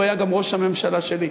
הוא היה גם ראש הממשלה שלי.